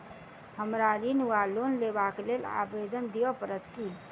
हमरा ऋण वा लोन लेबाक लेल आवेदन दिय पड़त की?